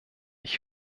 ich